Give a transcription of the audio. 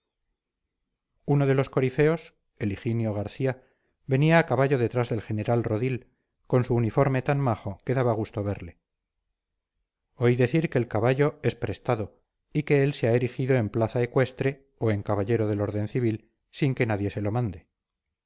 uno de los corifeos el higinio garcía venía a caballo detrás del general rodil con su uniforme tan majo que daba gusto verle oí decir que el caballo es prestado y que él se ha erigido en plaza ecuestre o en caballero del orden civil sin que nadie se lo mande